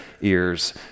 ears